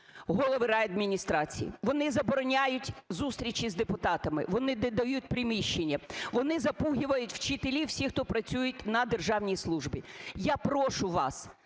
…голови райадміністрацій, вони забороняють зустрічі з депутатами, вони не дають приміщення, вони запугивают вчителів, всіх, хто працюють на державній службі. Я прошу вас